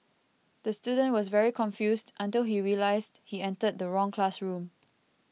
the student was very confused until he realised he entered the wrong classroom